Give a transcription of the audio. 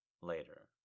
later